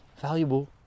valuable